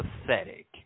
pathetic